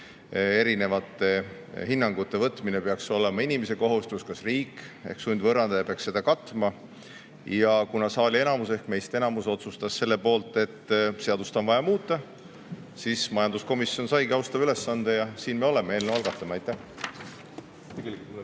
erinevate hinnangute võtmine peaks olema inimese kohustus ja kas riik ehk sundvõõrandaja peaks seda katma. Kuna saali enamus ehk meist enamus otsustas selle poolt, et seadust on vaja muuta, siis majanduskomisjon saigi selle austava ülesande. Siin me oleme ja selle eelnõu algatame. Aitäh!